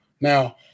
Now